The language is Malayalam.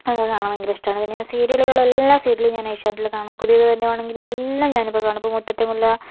അങ്ങനെ കാണാൻ ഭയങ്കരിഷ്ടമാണ് പിന്നെ സീരിയലുകള് എല്ലാ സീരിയലുകളും ഞാൻ ഏഷ്യാനെറ്റിൽ കാണും പുതിയതായി വരുന്നതാണെങ്കിലും എല്ലാം ഞാൻ കാണും മുറ്റത്തെമുല്ല